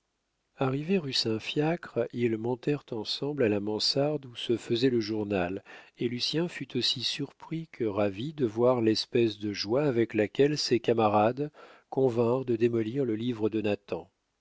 arrivés rue saint fiacre ils montèrent ensemble à la mansarde où se faisait le journal et lucien fut aussi surpris que ravi de voir l'espèce de joie avec laquelle ses camarades convinrent de démolir le livre de